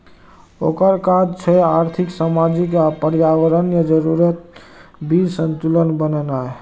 ओकर काज छै आर्थिक, सामाजिक आ पर्यावरणीय जरूरतक बीच संतुलन बनेनाय